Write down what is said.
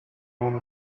own